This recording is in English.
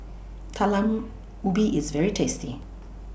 Talam Ubi IS very tasty